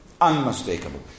Unmistakable